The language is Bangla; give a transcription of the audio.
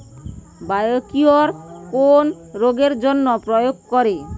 বায়োকিওর কোন রোগেরজন্য প্রয়োগ করে?